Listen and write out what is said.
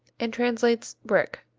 and translates brick,